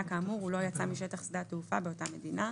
כאמור הוא לא יצא משטח שדה התעופה באותה מדינה.